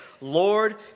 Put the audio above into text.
Lord